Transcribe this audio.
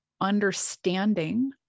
understanding